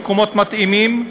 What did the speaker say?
למקומות מתאימים.